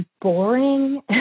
boring